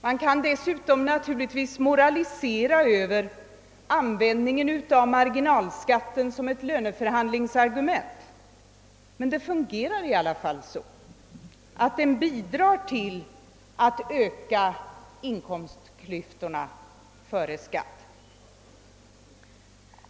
Man kan naturligtvis moralisera över användningen av marginalskatten som ett löneförhandlingsargument, men den fungerar i alla fall så att den bidrar till att öka inkomstklyftorna före skatt.